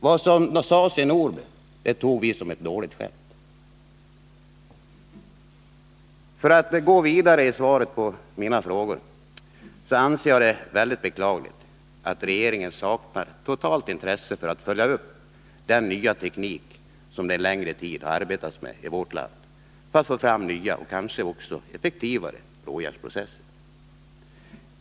Det som sades i Norberg tog vi som ett dåligt skämt.” För att gå vidare i svaret på mina frågor, anser jag det väldigt beklagligt att regeringen totalt saknar intresse för att följa upp den nya teknik som man en längre tid har arbetat med i vårt land för att få fram nya och kanske effektivare råjärnsprocesser.